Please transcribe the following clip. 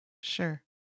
Sure